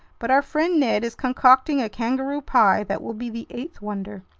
but our friend ned is concocting a kangaroo pie that will be the eighth wonder!